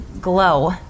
glow